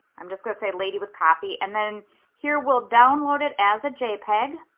i'm just gonna say lady with coffee and then here we'll download it as a jpeg.